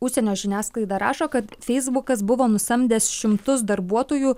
užsienio žiniasklaida rašo kad feisbukas buvo nusamdęs šimtus darbuotojų